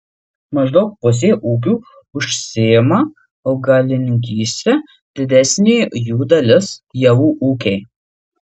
maždaug pusė ūkių užsiima augalininkyste didesnė jų dalis javų ūkiai